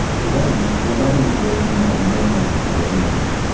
today, nadav and his boyfriend have no plans to get married.